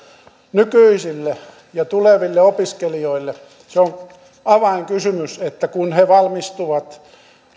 nykyisille ja tuleville opiskelijoille on avainkysymys että kun he valmistuvat